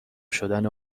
شدن